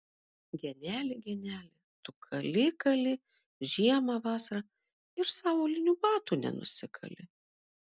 geneli geneli tu kali kali žiemą vasarą ir sau aulinių batų nenusikali